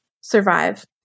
survive